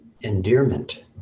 endearment